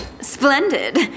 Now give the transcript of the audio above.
Splendid